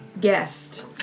guest